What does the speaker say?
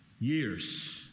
years